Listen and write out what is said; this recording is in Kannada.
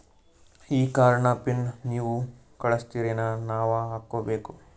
ಈ ಕಾರ್ಡ್ ನ ಪಿನ್ ನೀವ ಕಳಸ್ತಿರೇನ ನಾವಾ ಹಾಕ್ಕೊ ಬೇಕು?